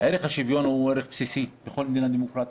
ערך השוויון הוא ערך בסיסי בכל מדינה דמוקרטית,